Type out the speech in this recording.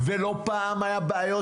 כולל שב"ס וכולל המשטרה להעלות את הטיעון